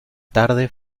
tarde